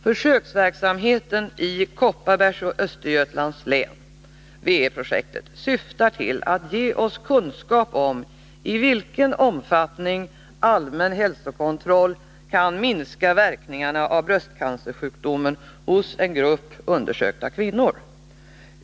Försöksverksamheten i Kopparbergs och Östergötlands län syftar till att ge oss kunskap om i vilken omfattning allmän hälsokontroll kan reducera verkningarna av bröstcancersjukdomen hos en grupp undersökta kvinnor.